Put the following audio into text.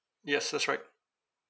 yes that's right